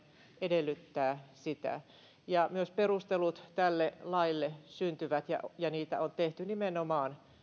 edellyttää sitä myös perustelut tälle laille syntyvät ja ja niitä on tehty nimenomaan